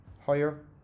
higher